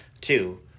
two